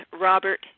Robert